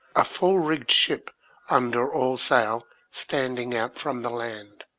a full rigged ship under all sail standing out from the land,